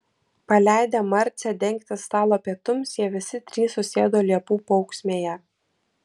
paleidę marcę dengti stalo pietums jie visi trys susėdo liepų paūksmėje